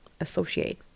associate